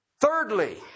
Thirdly